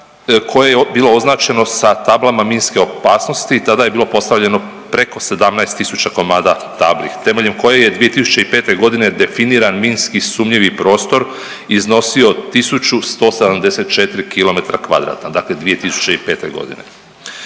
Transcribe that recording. koje je bilo označeno sa tablama minske opasnosti i tada je bilo postavljeno preko 17000 komada tabli temeljem kojih je 2005. godine definiran minski sumnjivi prostor iznosio 1174 km kvadratna, dakle 2005. godine.